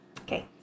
Okay